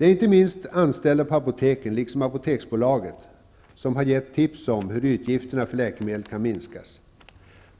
Inte minst från anställda på apoteken, men också från Apoteksbolaget, har det givits tips om hur utgifterna för läkemedel kan minskas.